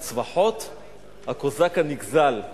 את צווחות הקוזק הנגזל.